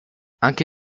anche